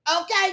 okay